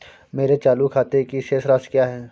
मेरे चालू खाते की शेष राशि क्या है?